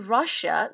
Russia